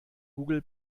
google